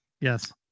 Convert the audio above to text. Yes